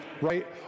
right